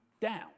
down